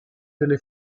delle